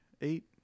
Eight